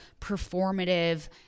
performative